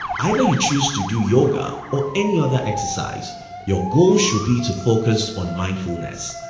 either you chose to do yoga or any other exercise your goal should be to focus on mindfulness.